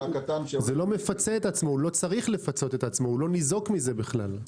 הוא לא ניזוק מזה בכלל.